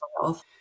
health